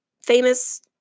famous